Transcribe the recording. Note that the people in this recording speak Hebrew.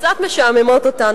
קצת משעממות אותנו,